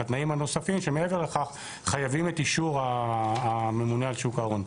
התנאים הנוספים שמעבר לכך חייבים את אישור הממונה על שוק ההון.